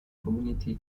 community